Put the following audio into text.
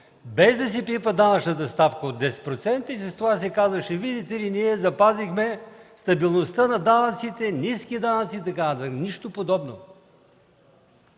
без да се пипа данъчната ставка от 10%, и казваше: „Видите ли, ние запазихме стабилността на данъците, ниски данъци“ и така нататък. Нищо подобно!